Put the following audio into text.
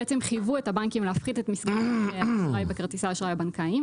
בעצם חייבו את הבנקים להפחית את מסגרת האשראי בכרטיסי האשראי הבנקאיים,